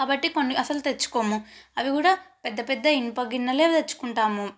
కాబట్టి కొన్ని అసలు తెచ్చుకోము అవి కూడా పెద్ద పెద్ద ఇనుప గిన్నెలు తెచ్చుకుంటాము